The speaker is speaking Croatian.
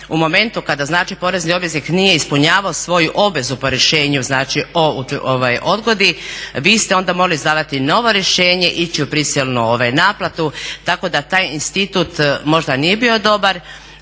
u momentu kada znači porezni obveznik nije ispunjavao svoju obvezu po rješenju, znači o odgodi vi ste onda morali izdavati novo rješenje, ići u prisilnu naplatu tako da taj institut možda nije bio dobar,